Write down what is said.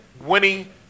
winning